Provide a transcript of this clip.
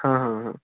हां हां हां